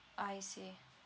I see